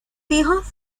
hijos